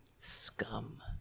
Scum